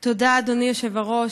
תודה, אדוני היושב-ראש.